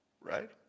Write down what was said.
right